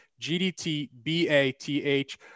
GDTBATH